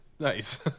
Nice